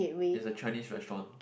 it's a Chinese restaurant